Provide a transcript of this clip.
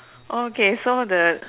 okay so the